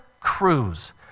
cruise